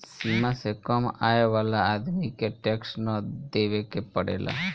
सीमा से कम आय वाला आदमी के टैक्स ना देवेके पड़ेला